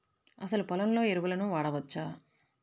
అసలు పొలంలో ఎరువులను వాడవచ్చా?